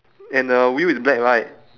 and the wheel is black right